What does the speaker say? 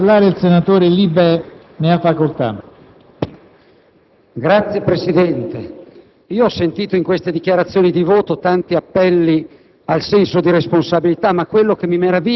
Noi voteremo a favore, ma da quanto ho detto è chiaro che non votiamo per la cattiva politica; non votiamo per gli errori fatti, per le mancanze evidenti, passate e presenti.